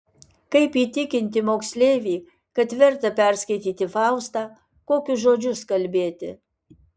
kaip įtikinti moksleivį kad verta perskaityti faustą kokius žodžius kalbėti